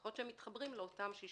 יכול להיות שהם מתחברים לאותם 60